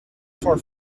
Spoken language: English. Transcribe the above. for